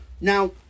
Now